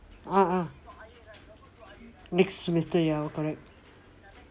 ah ah next semester ya correct